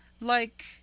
Like—